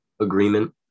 agreement